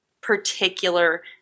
particular